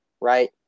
right